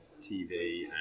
TV